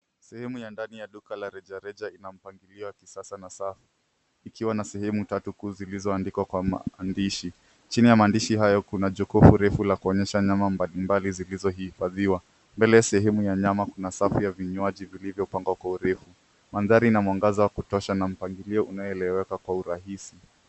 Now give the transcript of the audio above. Sehemu ya ndani ya duka la rejareja ina mpangilio wa kisasa na safu, ikiwa na sehemu tatu kuu zilizoandikwa kwa maandishi. Chini ya maandishi hayo kuna jokovu refu la kuonyesha nyama mbalimbali zilizohifadhiwa. Mbele ya sehemu ya nyama kuna safu ya vinywaji vilivopangwa kwa urefu, mandhari na mwangaza wa kutosha na mpangilio unaoeleweka kwa urahisi.